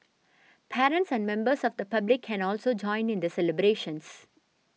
parents and members of the public can also join in the celebrations